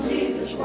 Jesus